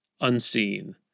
unseen